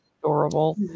Adorable